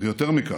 ויותר מכך,